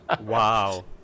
Wow